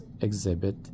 exhibit